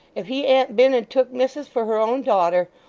if he an't been and took missis for her own daughter.